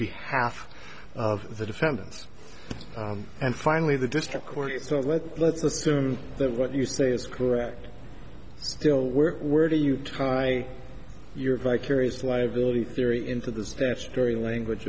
behalf of the defendants and finally the district court it's not let let's assume that what you say is correct still where where do you tie your vicarious liability theory into the statutory language